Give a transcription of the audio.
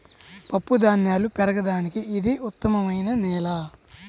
పప్పుధాన్యాలు పెరగడానికి ఇది ఉత్తమమైన నేల